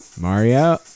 Mario